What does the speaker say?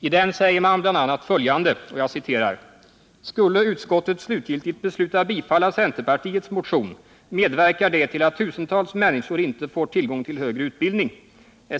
I den säger man bl.a. följande: ”Skulle utskottet slutgiltigt besluta bifalla centerpartiets motion medverkar det till att tusentals människor inte får tillgång till högre utbildning.